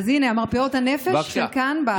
אז הינה: מרפאות הנפש, חלקן בדרום הארץ.